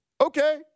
Okay